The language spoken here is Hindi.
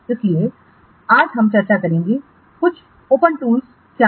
इसलिए आज हम चर्चा करेंगे कि कुछ खुले स्रोत टूल क्या हैं